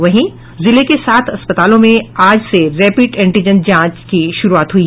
वहीं जिले के सात अस्पतालों में आज से रैपिड एंटीजन जांच की शुरूआत हुई